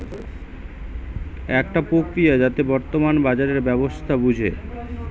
একটা প্রক্রিয়া যাতে বর্তমান বাজারের ব্যবস্থা বুঝে